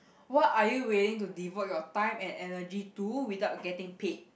what are you willing to devote your time and energy to without getting paid